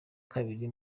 kabiri